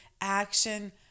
action